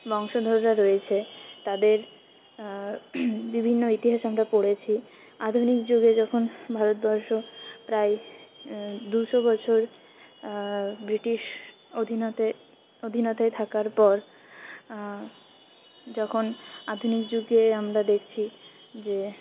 বংশধররা রয়েছে তাদের বিভিন্ন ইতিহাস আমরা পড়েছি আধুনিক যুগে যখন ভারতবর্ষ প্রায় দুশো বছর ব্রিটিশ অধীনতে অধীনতে থাকার পর যখন আধুনিক যুগে আমরা দেখছি যে